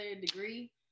degree